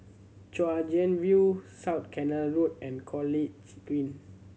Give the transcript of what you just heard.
Chwee Chian View South Canal Road and College Green